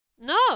No